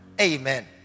Amen